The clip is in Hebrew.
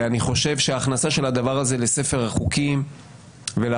ואני חושב שההכנסה של הדבר הזה לספר החוקים ולהפוך